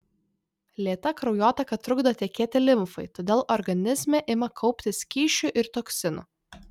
lėta kraujotaka trukdo tekėti limfai todėl organizme ima kauptis skysčių ir toksinų